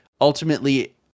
ultimately